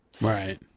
Right